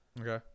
Okay